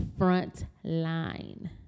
Frontline